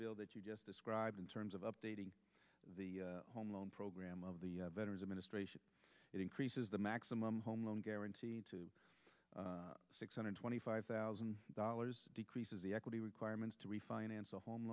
bill that you just described in terms of updating the home loan program of the veteran's administration it increases the maximum home loan guarantee to six hundred twenty five thousand dollars decreases the equity requirements to refinance a home